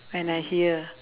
when I hear